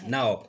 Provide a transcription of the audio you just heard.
Now